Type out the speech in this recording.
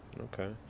Okay